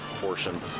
portion